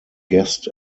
guest